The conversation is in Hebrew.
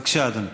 בבקשה, אדוני.